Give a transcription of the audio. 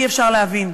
אי-אפשר להבין,